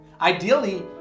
Ideally